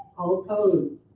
all opposed,